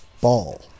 ball